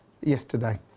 yesterday